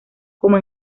como